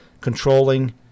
controlling